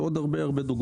ויש עוד הרבה דוגמאות.